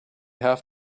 have